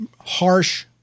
harsh